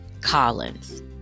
Collins